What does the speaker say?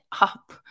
up